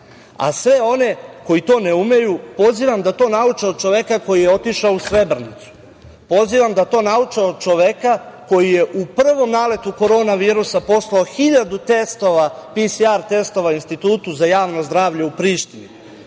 A sve one koji to ne umeju, pozivam da to nauče od čoveka koji je otišao u Srebrenicu, pozivam da to nauče od čoveka koji je u prvom naletu korona virusa poslao 1.000 PSR testova Institutu za javno zdravlje u Prištini.